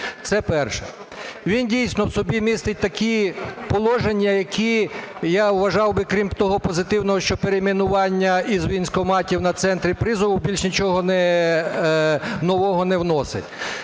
Це перше. Він, дійсно, в собі містить такі положення, які, я вважав би, крім того позитивного, що перейменування із військкоматів на центри призову, більше нічого нового не вносять.